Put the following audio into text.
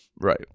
Right